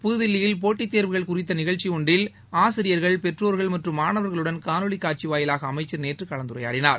புதுதில்லியில் போட்டித் தேர்வுகள் குறித்த நிகழ்ச்சி ஒன்றில் ஆசிரியர்கள் பெற்றோர்கள் மற்றும் மாணவர்களுடன் காணொலி காட்சி வாயிலாக அமைச்சர் நேற்று கலந்துரையாடினார்